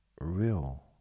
real